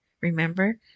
Remember